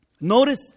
Notice